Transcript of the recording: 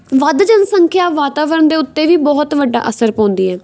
ਵੱਧ ਜਨਸੰਖਿਆ ਵਾਤਾਵਰਨ ਦੇ ਉੱਤੇ ਵੀ ਬਹੁਤ ਵੱਡਾ ਅਸਰ ਪਾਉਂਦੀ ਹੈ